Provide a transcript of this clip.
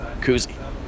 koozie